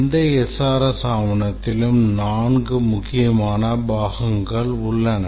எந்த SRS ஆவணத்திலும் நான்கு முக்கியமான பாகங்கள் உள்ளன